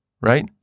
right